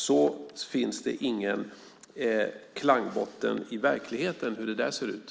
Det finns ingen klangbotten för det i verkligheten.